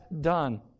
done